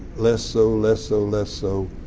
less so, less so, less so,